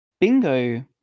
bingo